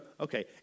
Okay